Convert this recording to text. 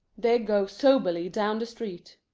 they go soberly down the street.